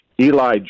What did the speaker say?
Eli